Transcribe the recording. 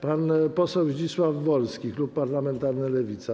Pan poseł Zdzisław Wolski, klub parlamentarny Lewica.